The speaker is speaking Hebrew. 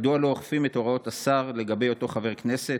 מדוע לא אוכפים את הוראות השר על אותו חבר כנסת,